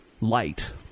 light